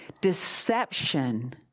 deception